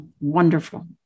wonderful